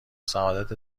سعادت